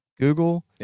Google